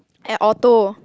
at Orto